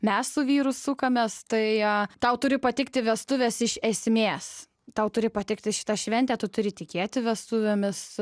mes su vyru sukamės tai tau turi patikti vestuvės iš esmės tau turi pateikti šita šventė tu turi tikėti vestuvėmis